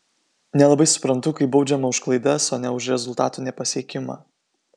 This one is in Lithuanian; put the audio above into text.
nelabai suprantu kai baudžiama už klaidas o ne už rezultatų nepasiekimą